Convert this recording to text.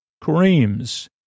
creams